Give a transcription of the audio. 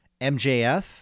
MJF